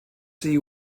see